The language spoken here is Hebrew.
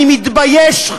אני מתבייש,